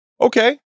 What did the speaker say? Okay